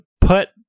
put